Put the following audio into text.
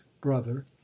brother